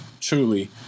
truly